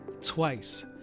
twice